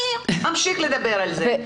אני אמשיך לדבר על זה.